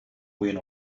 wind